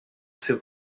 seu